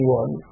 one